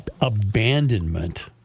abandonment